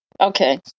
Okay